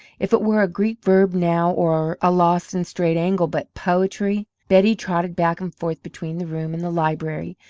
if it were a greek verb now, or a lost and strayed angle but poetry! betty trotted back and forth between the room and the library,